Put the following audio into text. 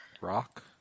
Rock